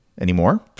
anymore